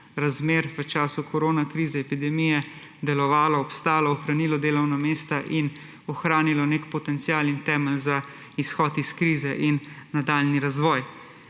razmer, v času koronakrize, epidemije delovalo, obstalo, ohranilo delovna mesta in ohranilo nek potencial in temelj za izhod iz krize in nadaljnji razvoj.